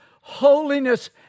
holiness